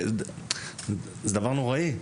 זה דבר נוראי.